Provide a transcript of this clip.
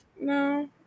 No